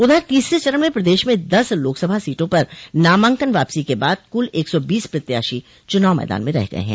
उधर तीसरे चरण में प्रदेश में दस लोकसभा सीटों पर नामांकन वापसी के बाद कुल एक सौ बीस प्रत्याशी चुनाव मैदान में रह गये हैं